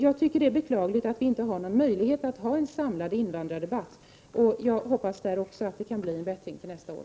Jag tycker att det är beklagligt att vi inte har någon möjlighet att ha en samlad invandrardebatt. Också i det fallet hoppas jag att det kan bli en bättring till nästa år.